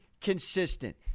Consistent